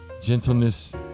Gentleness